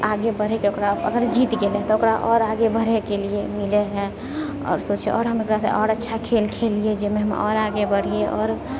आगे बढ़ीक ओकरा अगर जीत गेलय तऽ ओकरा आओर आगे बढ़यके लिए मिलैत है हम एकरासँ आओर अच्छा खेल खेलियै जाहिमे हम आओर आगे बढ़ी आओर